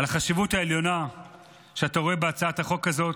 על החשיבות העליונה שאתה רואה בהצעת החוק הזאת,